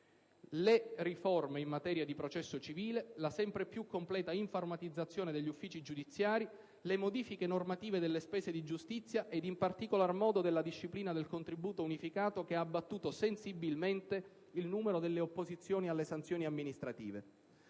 le riforme in materia di processo civile, la sempre più completa informatizzazione degli uffici giudiziari, le modifiche normative delle spese di giustizia ed in particolar modo della disciplina del contributo unificato che ha abbattuto sensibilmente il numero delle opposizioni alle sanzioni amministrative.